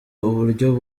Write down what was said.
uburyo